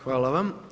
Hvala vam.